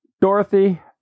Dorothy